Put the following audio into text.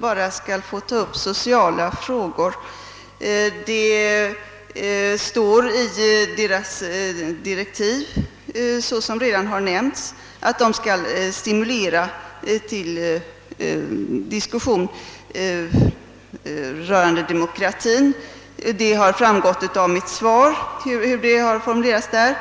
bara skall få ta upp sociala frågor. Såsom redan har nämnts, står det i rådets direktiv, att man skall stimulera till diskussion rörande demokratin — det har framgått av mitt svar, hur detta har formulerats.